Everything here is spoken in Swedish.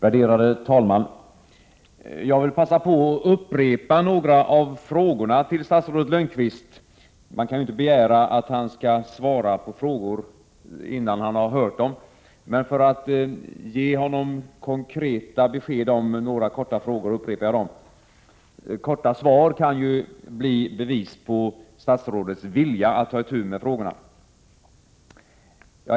Herr talman! Jag vill passa på att upprepa några av frågorna till statsrådet Lönnqvist. Man kan inte begära att han skall svara på frågor innan han har hört dem, och för att ge honom konkreta besked om några korta frågor upprepar jag dem. Korta svar kan ju bli bevis på statsrådets vilja att ta itu med frågorna.